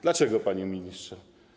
Dlaczego, panie ministrze?